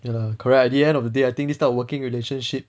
ya correct at the end of the day I think this type of working relationship